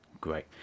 Great